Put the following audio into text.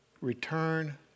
Return